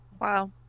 Wow